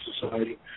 society